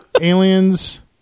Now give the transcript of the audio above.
Aliens